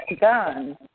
guns